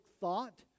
thought